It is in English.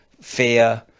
fear